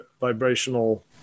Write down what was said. vibrational